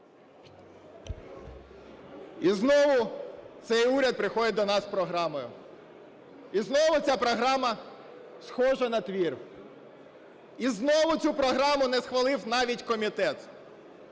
І знову цей уряд приходить до нас з програмою. І знову ця програма схожа на твір. І знову цю програму не схвалив навіть комітет.